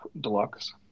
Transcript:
Deluxe